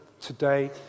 today